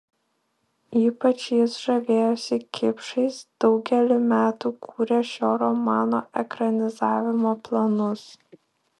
ypač jis žavėjosi kipšais daugelį metų kūrė šio romano ekranizavimo planus